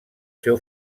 seu